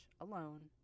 alone